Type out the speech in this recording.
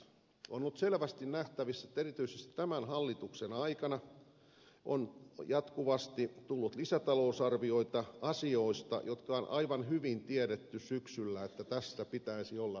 on ollut selvästi nähtävissä että erityisesti tämän hallituksen aikana on jatkuvasti tullut lisätalousarvioita asioista joista on aivan hyvin tiedetty syksyllä että niihin pitäisi olla enemmän rahaa